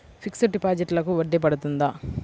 Fixed డిపాజిట్లకు వడ్డీ పడుతుందా?